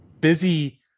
Busy